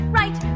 right